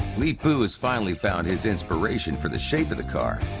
leepu has finally found his inspiration for the shape of the car.